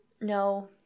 No